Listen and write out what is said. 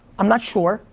i'm not sure,